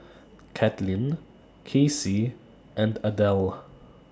Caitlin Kacy and Adele